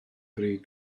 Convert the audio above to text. bryd